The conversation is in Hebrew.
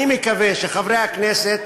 אני מקווה שחברי הכנסת